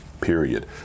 period